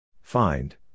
find